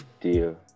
deal